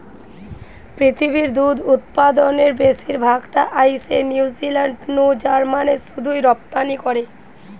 পৃথিবীর দুধ উতপাদনের বেশির ভাগ টা আইসে নিউজিলান্ড নু জার্মানে শুধুই রপ্তানি করে